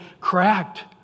cracked